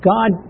God